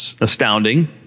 astounding